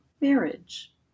marriage